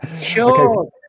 Sure